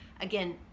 again